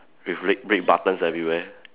with red red buttons everywhere